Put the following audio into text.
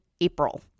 April